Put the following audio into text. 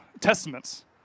Testaments